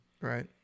Right